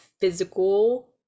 physical